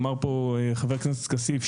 אמר פה חבר הכנסת כסיף,